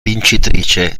vincitrice